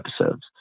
episodes